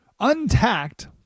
Untacked